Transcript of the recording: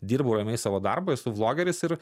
dirbu ramiai savo darbą esu vlogeris ir